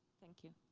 thank you.